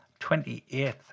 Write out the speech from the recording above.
28th